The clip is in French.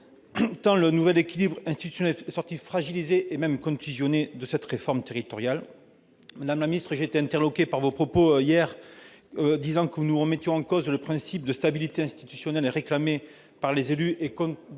tant notre équilibre institutionnel est sorti fragilisé, et même contusionné, de cette réforme territoriale. Madame la ministre, j'ai été interloqué, hier, lorsque vous nous avez accusés de remettre en cause le principe de stabilité institutionnelle réclamé par les élus et de contrevenir